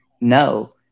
no